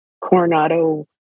Coronado